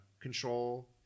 control